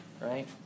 right